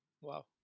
wow